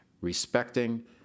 respecting